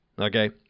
Okay